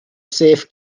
safe